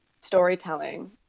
storytelling